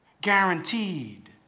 guaranteed